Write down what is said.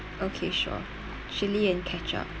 okay sure chili and ketchup